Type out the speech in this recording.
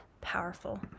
powerful